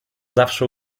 zawsze